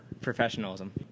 Professionalism